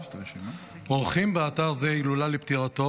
עורכים באתר זה הילולה לפטירתו,